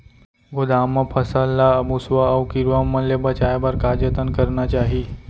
गोदाम मा फसल ला मुसवा अऊ कीरवा मन ले बचाये बर का जतन करना चाही?